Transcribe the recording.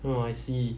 oh I see